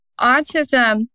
autism